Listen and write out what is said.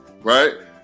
right